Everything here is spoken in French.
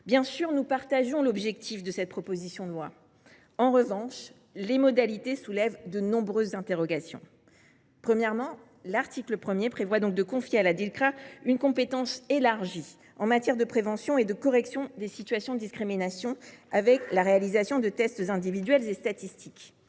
Bien sûr, nous souscrivons à l’objectif du texte. En revanche, ses modalités soulèvent de nombreuses interrogations. Premièrement, l’article 1 prévoit de confier à la Dilcrah une compétence élargie en matière de prévention et de correction des situations de discrimination, avec la réalisation de tests individuels et statistiques.